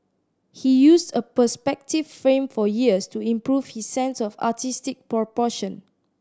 he used a perspective frame for years to improve his sense of artistic proportion